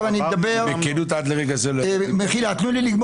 במחילה, תנו לי לסיים